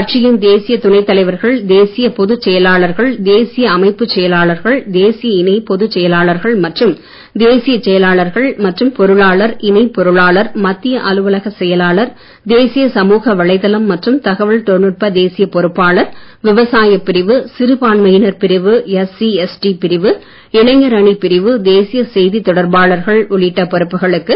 கட்சியின் தேசிய துணைத் தலைவர்கள் தேசிய பொதுச் செயலாளர்கள் தேசிய அமைப்புச் செயலாளர்கள் தேசிய இணை பொதுச் செயலாளர்கள் மற்றும் தேசிய செயலாளர்கள் மற்றும் பொருளாளர் இணை பொருளாளர் மத்திய அலுவலக செயலாளர் தேசிய சமூக வலைத்தளம் மற்றும் தகவல் தொழில்நுட்ப தேசிய பொறுப்பாளர் விவசாயப் பிரிவு சிறுபான்மையினர் பிரிவு எஸ் எசி எஸ்டி பிரிவு இளைஞர் அணிப் பிரிவு தேசிய செய்தித் தொடர்பாளர்கள் உள்ளிட்ட பொறுப்புகளுக்கு நிர்வாகிகள் அறிவிக்கப் பட்டுள்ளனர்